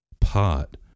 pot